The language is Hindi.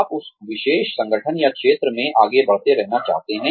आप उस विशेष संगठन या क्षेत्र में आगे बढ़ते रहना चाहते हैं